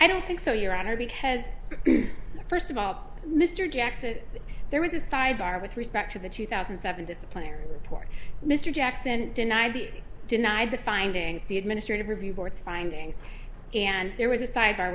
i don't think so your honor because first of all mr jackson there was a sidebar with respect to the two thousand and seven disciplinary report mr jackson denied the denied the findings the administrative review boards findings and there was a sidebar